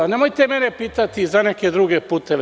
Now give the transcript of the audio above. Nemojte mene pitati za neke druge puteve.